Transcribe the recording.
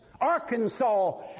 Arkansas